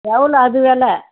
எவ்வளோ அது விலை